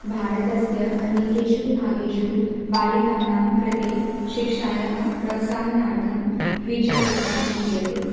भारतस्य अनेकेषु भागेषु बालिकानाङ्कृते शिक्षायाः प्रोत्साहनार्थं द्विचक्रिका दीयते